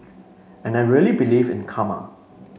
and I really believe in karma